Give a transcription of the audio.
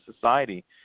society